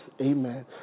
Amen